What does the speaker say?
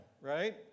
right